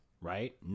right